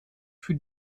für